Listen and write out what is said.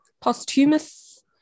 posthumous